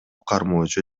кармоочу